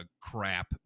crap